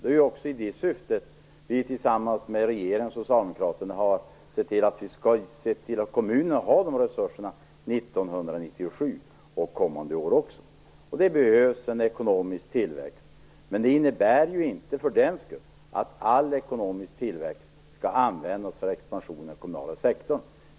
Det är också i det syftet som vi tillsammans med regeringen och Socialdemokraterna har sett till att kommunerna skall ha de resurserna 1997 och även kommande år. Det behövs en ekonomisk tillväxt, men det innebär inte att all ekonomisk tillväxt skall användas för expansion av den kommunala sektorn.